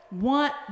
want